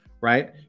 right